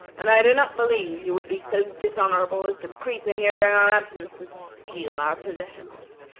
and i do not believe you would be so dishonorable as to creep in here during our absence and steal our possessions.